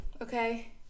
Okay